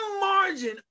margin